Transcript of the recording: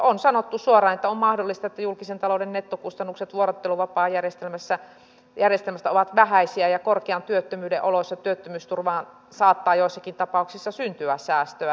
on sanottu suoraan että on mahdollista että julkisen talouden nettokustannukset vuorotteluvapaajärjestelmästä ovat vähäisiä ja korkean työttömyyden oloissa työttömyysturvaan saattaa joissakin tapauksissa syntyä säästöä